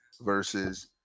versus